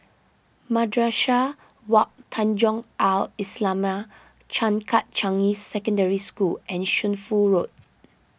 Madrasah Wak Tanjong Al Islamiah Changkat Changi Secondary School and Shunfu Road